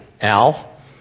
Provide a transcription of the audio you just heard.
Al